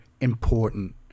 important